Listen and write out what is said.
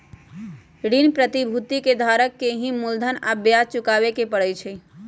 ऋण प्रतिभूति के धारक के ही मूलधन आ ब्याज चुकावे के परई छई